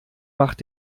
macht